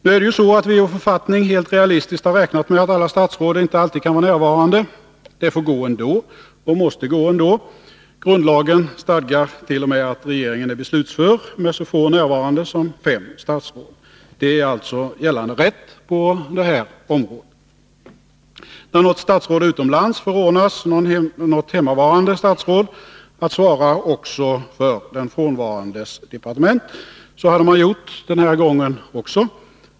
Nu är det ju så att vi i vår författning helt realistiskt har räknat med att alla statsråd inte alltid kan vara närvarande. Det får gå ändå, och måste gå ändå. Grundlagen stadgar t.o.m. att regeringen är beslutför med så få närvarande som fem statsråd. Det är alltså gällande rätt på det här området. När ett statsråd är utomlands förordnas ett hemmavarande statsråd att svara även för den frånvarandes departement. Så hade man gjort den här gången också.